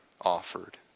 offered